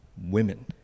women